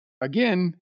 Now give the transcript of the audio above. again